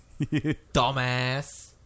Dumbass